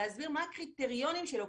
להסביר מה הם הקריטריונים שלו,